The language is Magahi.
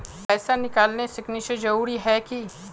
पैसा निकालने सिग्नेचर जरुरी है की?